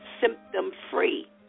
symptom-free